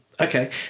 Okay